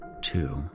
two